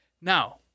Now